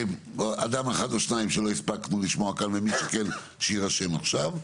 אדם אחד או שניים שלא הספקנו לשמוע כאן שיירשם עכשיו,